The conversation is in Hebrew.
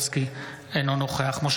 אינו נוכח בועז טופורובסקי,